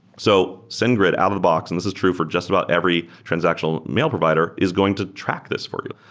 so sendgrid out-of-the-box, and this is true for just about every transactional mail provider, is going to track this for you.